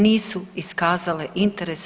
Nisu iskazale interes.